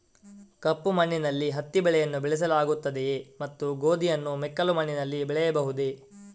ಕಪ್ಪು ಮಣ್ಣಿನಲ್ಲಿ ಹತ್ತಿ ಬೆಳೆಯನ್ನು ಬೆಳೆಸಲಾಗುತ್ತದೆಯೇ ಮತ್ತು ಗೋಧಿಯನ್ನು ಮೆಕ್ಕಲು ಮಣ್ಣಿನಲ್ಲಿ ಬೆಳೆಯಬಹುದೇ?